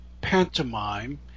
pantomime